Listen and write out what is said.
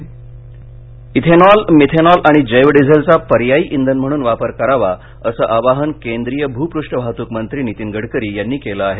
Gadkari ethanol methanol आणि जैव डीझेलचा पर्यायी इंधन म्हणून वापर करावा असं आवाहन केंद्रीय भूपष्ठ वाहतूक मंत्री नीतीन गडकरी यांनी केलं आहे